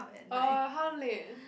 oh how late